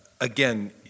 Again